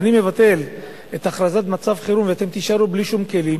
אני מבטל את הכרזת מצב חירום ואתם תישארו בלי שום כלים,